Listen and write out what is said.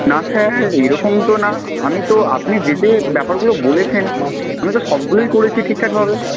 না স্যার এরকম তো না আমি তো আপনি যে যে ব্যাপারগুলো বলেছেন আমি তো সবগুলোই করেছি ঠিকঠাকভাবে